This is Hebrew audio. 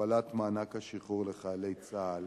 מהכפלת מענק השחרור לחיילי צה"ל,